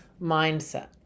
mindset